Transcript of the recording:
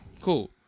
Cool